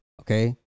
Okay